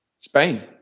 Spain